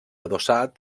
adossat